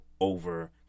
over